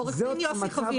עורך דין יוסי חביליו.